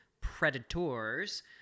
predators